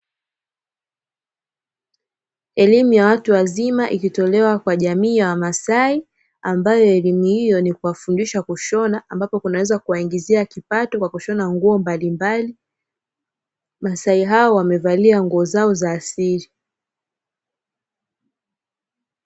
Elimu ya watu wazima ikitolewa kwa jamii ya wamasai ambayo elimu hiyo ni kuwafundisha kushona, ambapo kinweza kuwaingizia kipato kwa kushona nguo mbalimbali. Masai hawa wamevalia nguo zao za asili.